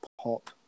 pop